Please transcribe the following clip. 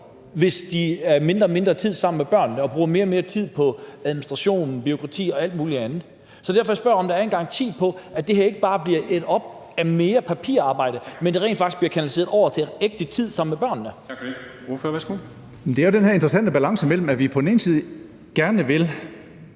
fordi de er mindre og mindre tid sammen med børnene og bruger mere og mere tid på administration, bureaukrati og alt muligt andet. Det er derfor, jeg spørger, om der er en garanti for, at det her ikke bare bliver ædt op af mere papirarbejde, men rent faktisk bliver kanaliseret over til ægte tid sammen med børnene. Kl. 13:22 Formanden (Henrik Dam Kristensen): Tak for det. Ordføreren,